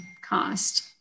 cost